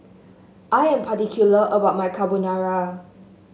I am particular about my Carbonara